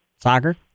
Soccer